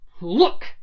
Look